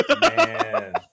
Man